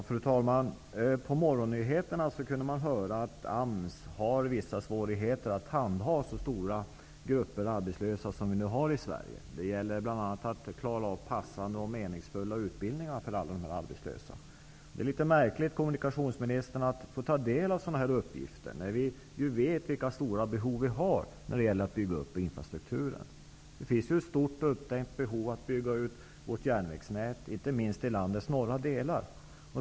Fru talman! På morgonnyheterna kunde man i dag höra att AMS har vissa svårigheter att handha så stora grupper arbetslösa som vi nu har i Sverige. Det gäller bl.a. att klara av att anordna passande och meningsfulla utbildningar för alla dessa arbetslösa. Det är litet märkligt, kommunikationsministern, att få ta del av sådana uppgifter när vi vet vilka stora behov som finns när det gäller att bygga upp infrastrukturen. Det finns ett stort och uppdämt behov av att bygga ut vårt järnvägsnät, inte minst i landets norra delar.